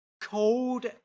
cold